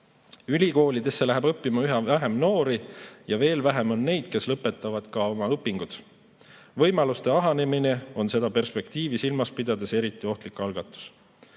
Ülikoolidesse läheb õppima üha vähem noori ja veel vähem on neid, kes ka lõpetavad oma õpingud. Võimaluste kahanemine on seda perspektiivi silmas pidades eriti ohtlik algatus.